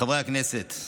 חברי הכנסת,